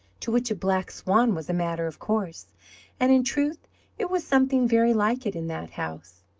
to which a black swan was a matter of course and in truth it was something very like it in that house.